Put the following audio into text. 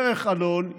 דרך אלון,